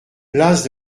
place